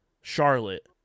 Charlotte